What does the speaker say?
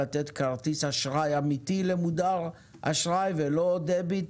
לתת כרטיס אשראי אמיתי למודר אשראי ולא דביט?